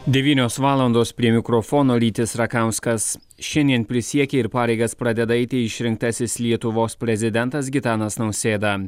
devynios valandos prie mikrofono rytis rakauskas šiandien prisiekė ir pareigas pradeda eiti išrinktasis lietuvos prezidentas gitanas nausėda